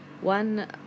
One